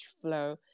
flow